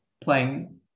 playing